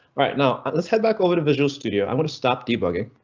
right now, let's head back over to visual studio. i'm gonna stop debugging.